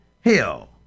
hell